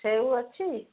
ସେଉ ଅଛି